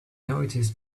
noticed